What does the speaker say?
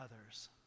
others